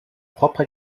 propre